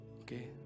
okay